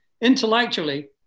Intellectually